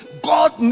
God